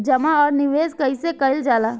जमा और निवेश कइसे कइल जाला?